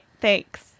thanks